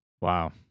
Wow